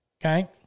okay